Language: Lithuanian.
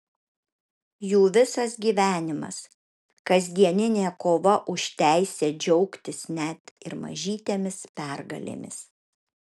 jų visas gyvenimas kasdieninė kova už teisę džiaugtis net ir mažytėmis pergalėmis